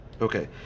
Okay